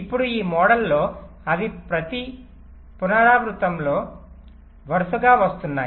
ఇప్పుడు ఈ మోడల్లో అవి ప్రతి పునరావృతంలో వరుసగా వస్తున్నాయి